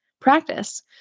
practice